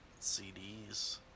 CDs